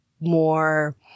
more